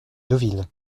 deauville